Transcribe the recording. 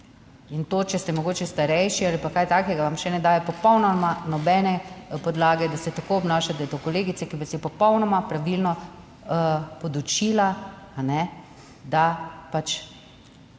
In to, če ste mogoče starejši ali pa kaj takega, vam še ne daje popolnoma nobene podlage, da se tako obnašate do kolegice, ki vas je popolnoma pravilno podučila, da pač